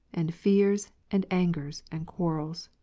and fears, and angers, and qviarrels.